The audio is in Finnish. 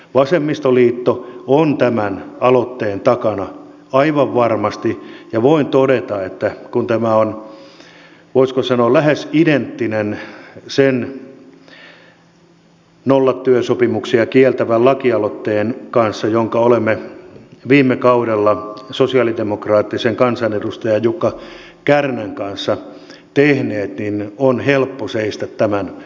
vasemmistoliitto on tämän aloitteen takana aivan varmasti ja voin todeta että kun tämä on voisiko sanoa lähes identtinen sen nollatyösopimukset kieltävän lakialoitteen kanssa jonka olemme viime kaudella sosialidemokraattisen kansanedustaja jukka kärnän kanssa tehneet niin on helppo seistä tämän aloitteen takana